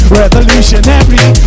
revolutionary